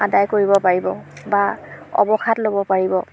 আদায় কৰিব পাৰিব বা অৱসাদ ল'ব পাৰিব